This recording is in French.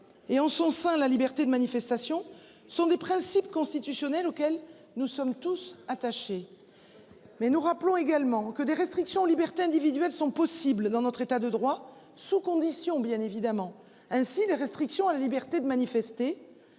Et en son sein la liberté de manifestation sont des principes constitutionnels auxquels nous sommes tous attachés. Mais nous rappelons également que des restrictions aux libertés individuelles sont possibles dans notre État de droit sous condition bien évidemment. Ainsi, les restrictions à la liberté de manifester.